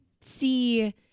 see